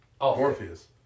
Morpheus